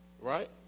Right